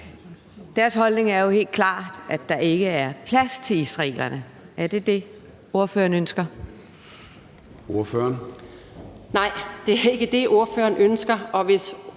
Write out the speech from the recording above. Deres holdning er helt klart, at der ikke plads til israelerne. Er det det, ordføreren ønsker? Kl. 14:00 Formanden (Søren Gade):